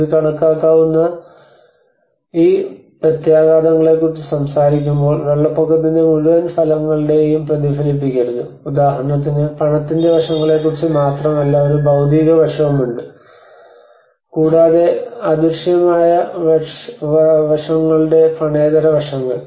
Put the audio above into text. ഇത് കണക്കാക്കാവുന്ന ഈ പ്രത്യാഘാതങ്ങളെക്കുറിച്ച് സംസാരിക്കുമ്പോൾ വെള്ളപ്പൊക്കത്തിന്റെ മുഴുവൻ ഫലങ്ങളെയും പ്രതിഫലിപ്പിക്കരുത് ഉദാഹരണത്തിന് പണത്തിന്റെ വശങ്ങളെക്കുറിച്ച് മാത്രമല്ല ഒരു ഭൌതിക വശമുണ്ട് കൂടാതെ അദൃശ്യമായ വർഷങ്ങളുടെ പണേതര വശങ്ങൾ